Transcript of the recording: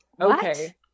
okay